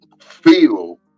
feel